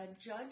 judge